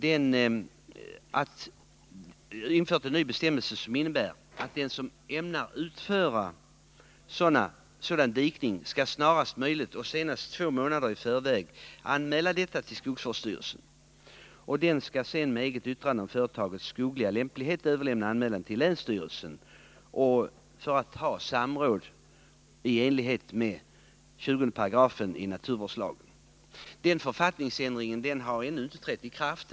Den nya bestämmelsen innebär att den som ämnar utföra sådan dikning snarast möjligt och senast två månader i förväg skall anmäla detta till skogsvårdsstyrelsen. Den skall sedan med eget yttrande om företagets skogliga lämplighet överlämna anmälan till länsstyrelsen för samråd enligt 20 § naturvårdslagen. Denna författningsändring har inte trätt i kraft.